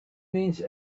means